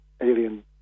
Alien